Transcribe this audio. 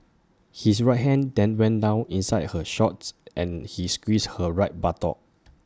his right hand then went down inside her shorts and he squeezed her right buttock